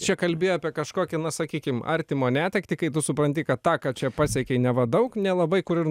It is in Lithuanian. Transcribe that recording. čia kalbi apie kažkokį na sakykim artimo netektį kai tu supranti kad tą ką čia pasiekei neva daug nelabai kur ir